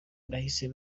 nahise